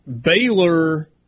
Baylor